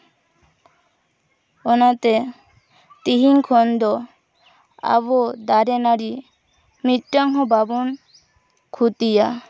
ᱚᱱᱟᱛᱮ ᱛᱤᱦᱤᱧ ᱠᱷᱚᱱ ᱫᱚ ᱟᱵᱚ ᱫᱟᱨᱮ ᱱᱟᱹᱲᱤ ᱢᱤᱫᱴᱟᱝ ᱦᱚᱸ ᱵᱟᱵᱚᱱ ᱠᱷᱩᱛᱤᱭᱟ